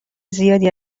زیادی